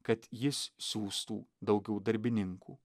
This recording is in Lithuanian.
kad jis siųstų daugiau darbininkų